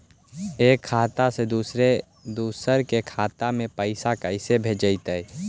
एक खाता से दुसर के खाता में पैसा कैसे भेजबइ?